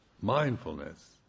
mindfulness